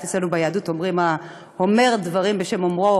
אצלנו ביהדות אומרים: האומר דברים בשם אומרו